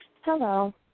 Hello